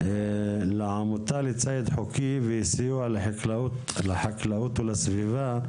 לעמותה לציד חוקי וסיוע לחקלאות ולסביבה,